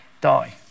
die